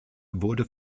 wurde